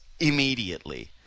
Immediately